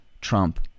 trump